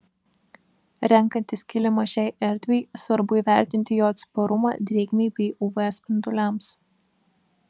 renkantis kilimą šiai erdvei svarbu įvertinti jo atsparumą drėgmei bei uv spinduliams